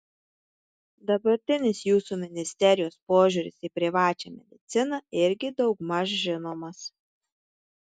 dabartinis jūsų ministerijos požiūris į privačią mediciną irgi daugmaž žinomas